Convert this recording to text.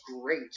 great